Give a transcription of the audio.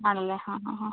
ആണല്ലേ ആ ആ ആ